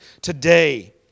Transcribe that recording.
today